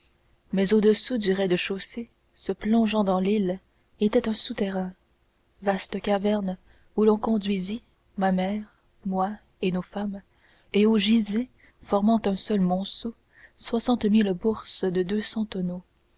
mais au-dessous du rez-de-chaussée se prolongeant dans l'île était un souterrain vaste caverne où l'on nous conduisit ma mère moi et nos femmes et où gisaient formant un seul monceau soixante mille bourses et deux cents tonneaux